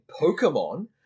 Pokemon